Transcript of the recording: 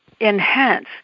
enhance